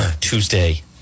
Tuesday